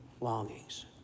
longings